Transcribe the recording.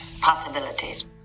possibilities